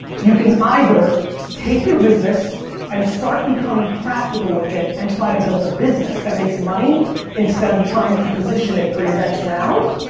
you can either take your business and start becoming practical with it and try to build a business that makes money instead of trying to position it for your next round